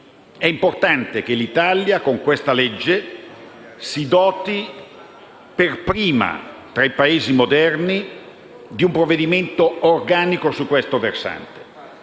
È importante che l'Italia, con questa legge, si doti, per prima tra i Paesi moderni, di un provvedimento organico su questo versante.